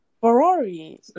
Ferrari